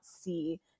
see